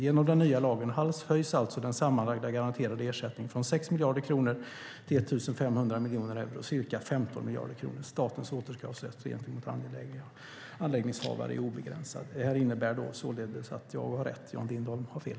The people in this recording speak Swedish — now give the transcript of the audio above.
Genom den nya lagen höjs alltså den sammanlagda garanterade ersättningen från 6 miljarder kronor till 1 500 miljoner euro . Statens återkravsrätt gentemot anläggningshavare är obegränsad." Detta innebär således att jag har rätt och Jan Lindholm har fel.